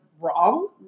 wrong